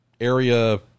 area